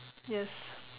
yes